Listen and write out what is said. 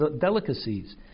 delicacies